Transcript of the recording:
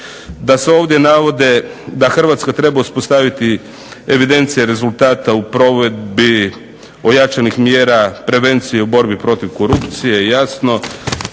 da se ovdje navode da Hrvatska treba uspostaviti evidencije rezultata u provedbi ojačanih mjera prevencije u borbi protiv korupcije, jasno,